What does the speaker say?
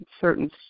certain